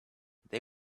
they